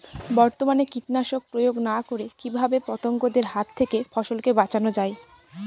বর্তমানে কীটনাশক প্রয়োগ না করে কিভাবে পতঙ্গদের হাত থেকে ফসলকে বাঁচানো যায়?